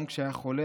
גם כשהיה חולה,